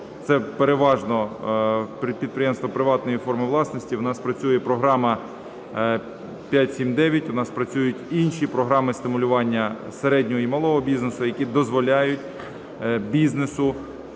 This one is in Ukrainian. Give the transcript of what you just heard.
Це переважно підприємства приватної форми власності. У нас працює програма 5-7-9. У нас працюють інші програми стимулювання середнього і малого бізнесу, які дозволяють бізнесу